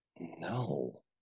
No